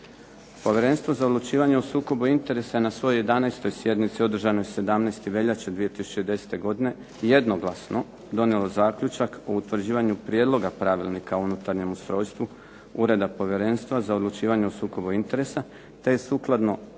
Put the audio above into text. Povjerenstvo za odlučivanje o sukobu interesa na svojoj 11. sjednici održanoj 17. veljače 2010. godine jednoglasno donijelo zaključak o utvrđivanju prijedloga pravilnika o unutarnjem ustrojstvu Ureda Povjerenstva za odlučivanje o sukobu interesa, te je sukladno članku